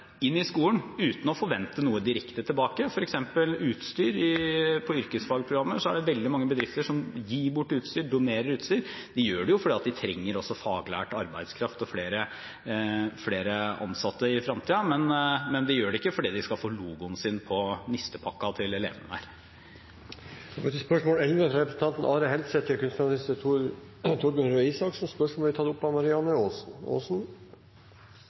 inn i skolen, uten å forvente noe direkte tilbake. For eksempel er det veldig mange bedrifter som donerer utstyr til yrkesfagprogrammer. De gjør det fordi de trenger faglært arbeidskraft og flere ansatte i fremtiden. De gjør det ikke fordi de skal få logoen sin på nistepakka til elevene. Dette spørsmålet, fra representanten Are Helseth til kunnskapsministeren, vil bli tatt opp av representanten Marianne Aasen.